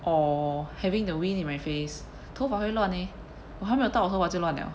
or having the wind in my face 头发会乱 eh 我还没有到我头发就乱了